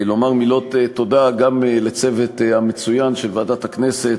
לומר מילות תודה גם לצוות המצוין של ועדת הכנסת,